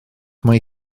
mae